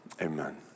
amen